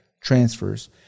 transfers